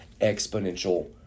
exponential